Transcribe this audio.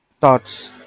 thoughts